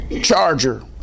charger